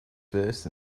first